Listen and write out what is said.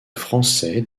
français